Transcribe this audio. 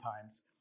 times